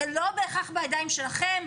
זה לא בהכרח בידיים שלכם,